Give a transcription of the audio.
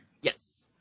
Yes